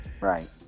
Right